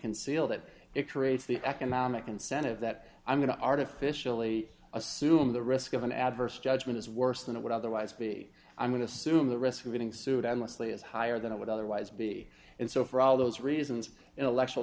conceal that it creates the economic incentive that i'm going to artificially assume the risk of an adverse judgment is worse than it would otherwise be i'm going to assume the risk of getting sued endlessly is higher than it would otherwise be and so for all those reasons intellectual